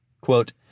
Quote